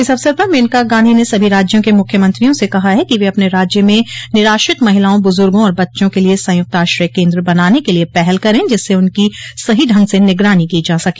इस अवसर पर मेनका गांधी ने सभी राज्यों के मुख्यमंत्रियों से कहा कि वे अपने राज्य में निराश्रित महिलाओं बुजुर्गो और बच्चों के लिए संयुक्त आश्रय केन्द्र बनाने के लिए पहल कर जिससे उनकी सही ढंग से निगरानी की जा सके